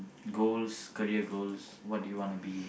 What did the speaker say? goals career goals what do you want to be